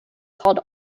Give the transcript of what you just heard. called